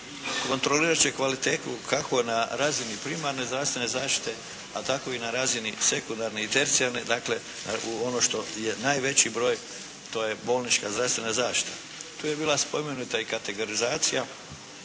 kontrolirati će kvalitetu kako na razini primarne zdravstvene zaštite, a tako i na razini sekundarne i tercijalne, dakle u ono što je najveći broj to je bolnička zdravstvena zaštita. Tu je bila spomenuta i kategorizacija